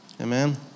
Amen